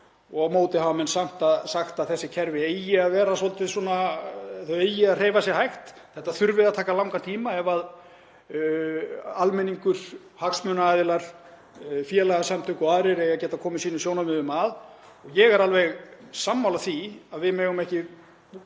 Á móti hafa menn sagt að þessi kerfi eigi að hreyfa sig hægt, þetta þurfi að taka langan tíma ef almenningur, hagsmunaaðilar, félagasamtök og aðrir eiga að geta komið sínum sjónarmiðum að. Ég er alveg sammála því að við megum ekki